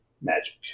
magic